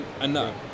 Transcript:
enough